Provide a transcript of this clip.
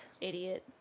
Idiot